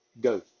go